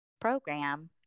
program